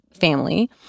family